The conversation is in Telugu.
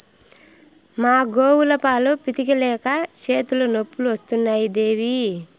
మా గోవుల పాలు పితిక లేక చేతులు నొప్పులు వస్తున్నాయి దేవీ